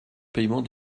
paiement